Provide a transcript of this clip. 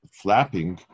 flapping